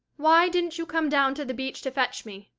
why didn't you come down to the beach to fetch me,